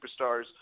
superstars